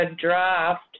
draft